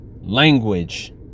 language